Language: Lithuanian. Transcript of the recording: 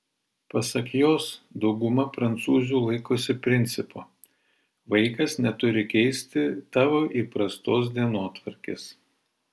pasak jos dauguma prancūzių laikosi principo vaikas neturi keisti tavo įprastos dienotvarkės